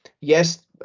Yes